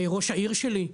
לראש העיר שלי,